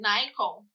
Nikon